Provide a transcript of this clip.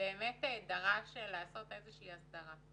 באמת דרש לעשות הסדרה,